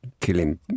killing